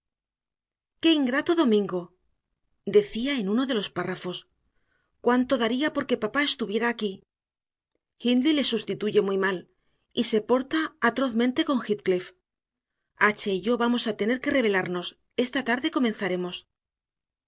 qué ingrato domingo decía uno de los párrafos cuánto daría porque papá estuviera aquí hindley le sustituye muy mal y se porta atrozmente con heathcliff h y yo vamos a tener que rebelarnos esta tarde comenzaremos